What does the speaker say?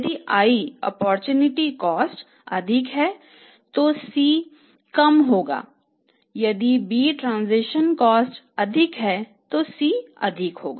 यदि opportunity cost अधिक है तो C अधिक होगा